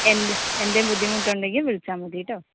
എന്ത എന്തേം ബുദ്ധിമുട്ട് ഉണ്ടെങ്കിൽ വിളിച്ചാൽ മതി കേട്ടോ